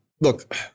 Look